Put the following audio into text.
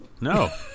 No